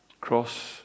Cross